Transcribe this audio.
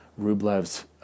Rublev's